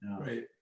Right